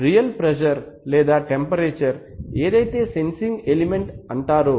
real pressure లేదా temperature ఏదైతే sensing element అంటారో